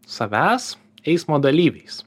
savęs eismo dalyviais